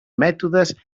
mètodes